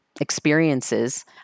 experiences